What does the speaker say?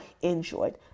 enjoyed